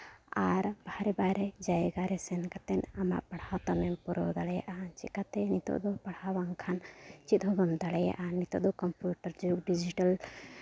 ᱟᱨ ᱵᱟᱨᱦᱮ ᱵᱟᱨᱦᱮ ᱡᱟᱭᱜᱟ ᱨᱮ ᱥᱮᱱ ᱠᱟᱛᱮᱫ ᱟᱢᱟᱜ ᱯᱟᱲᱦᱟᱣ ᱛᱟᱢᱮᱢ ᱯᱩᱨᱟᱹᱣ ᱫᱟᱲᱮᱭᱟᱜᱼᱟ ᱪᱤᱠᱟᱹᱛᱮ ᱱᱤᱛᱚᱜ ᱫᱚ ᱯᱟᱲᱦᱟᱣ ᱵᱟᱝᱠᱷᱟᱱ ᱪᱮᱫ ᱦᱚᱸ ᱵᱟᱢ ᱫᱟᱲᱮᱭᱟᱜᱼᱟ ᱱᱤᱛᱚᱜ ᱫᱚ ᱠᱚᱢᱯᱤᱭᱩᱴᱟᱨ ᱡᱩᱜᱽ ᱰᱤᱡᱤᱴᱟᱞ